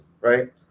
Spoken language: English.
right